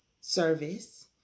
service